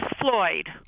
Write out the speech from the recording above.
floyd